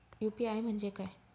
UPI म्हणजे काय?